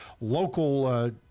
local